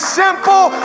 simple